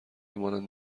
مانند